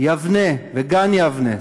יבנה וגן-יבנה,